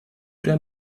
der